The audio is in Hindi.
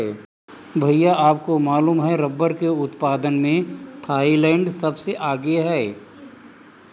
भैया आपको मालूम है रब्बर के उत्पादन में थाईलैंड सबसे आगे हैं